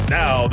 now